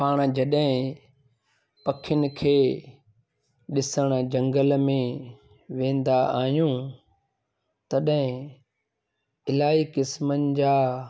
पाण जॾहिं पखियुनि खे ॾिसणु झंगल में वेंदा आहियूं तॾहिं इलाही क़िस्मनि जा